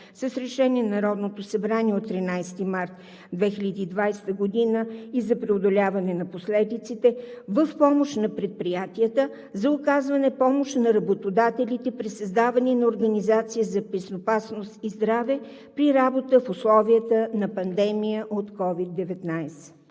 с Решение на Народното събрание от 13 март 2020 г., и за преодоляване на последиците в помощ на предприятията – за оказване помощ на работодателите при създаване на организация за безопасност и здраве при работа в условията на пандемия от COVID-19?